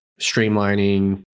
streamlining